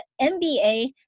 MBA